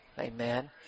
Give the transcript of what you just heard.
Amen